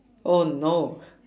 oh no